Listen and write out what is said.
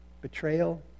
Betrayal